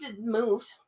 moved